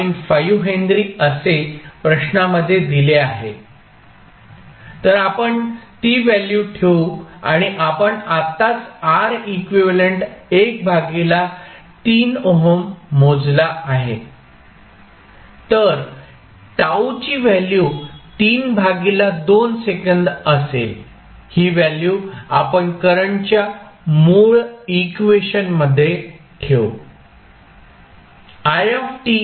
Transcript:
5 henry असे प्रश्नामध्ये दिले आहे तर आपण ती व्हॅल्यू ठेवू आणि आपण आत्ताच R इक्विव्हॅलेंट 1 भागीला 3 ओहम मोजला आहे तर T ची व्हॅल्यू 3 भागीला 2 सेकंद असेल ही व्हॅल्यू आपण करंटच्या मूळ इक्वेशन मध्ये ठेवू